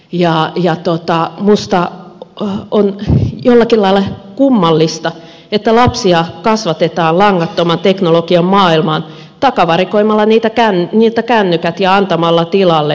ja minusta on jollakin lailla kummallista että lapsia kasvatetaan langattoman teknologian maailmaan takavarikoimalla heiltä kännykät ja antamalla tilalle lyijykynä